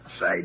Say